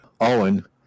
Owen